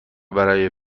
برای